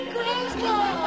Christmas